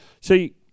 See